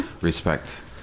respect